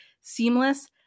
seamless